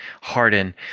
harden